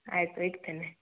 ಆಯಿತು ಇಡ್ತೇನೆ